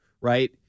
right